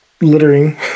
littering